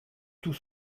tout